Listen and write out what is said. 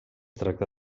tracta